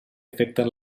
afecten